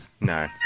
No